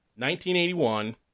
1981